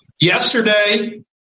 Yesterday